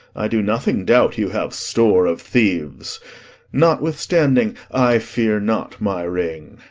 i do nothing doubt you have store of thieves notwithstanding, i fear not my ring.